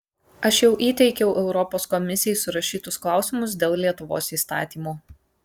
aš jau įteikiau europos komisijai surašytus klausimus dėl lietuvos įstatymo